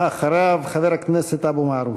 ואחריו, חבר הכנסת אבו מערוף.